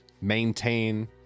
maintain